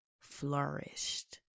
flourished